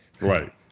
Right